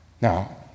Now